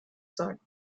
sagen